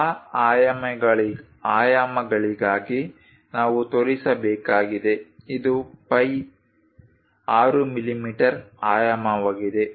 ಆ ಆಯಾಮಗಳಿಗಾಗಿ ನಾವು ತೋರಿಸಬೇಕಾಗಿದೆ ಇದು ಫೈ 6 ಮಿಲಿಮೀಟರ್ ಆಯಾಮವಾಗಿದೆ